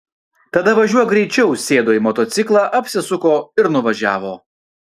tada važiuok greičiau sėdo į motociklą apsisuko ir nuvažiavo